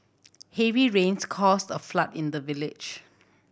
heavy rains caused a flood in the village